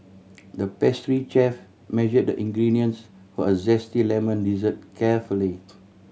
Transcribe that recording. the pastry chef measured the ingredients for a zesty lemon dessert carefully